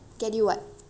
get you what